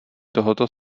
tohoto